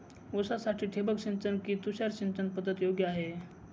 ऊसासाठी ठिबक सिंचन कि तुषार सिंचन पद्धत योग्य आहे?